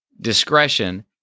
discretion